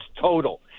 total